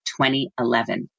2011